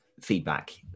feedback